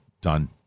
done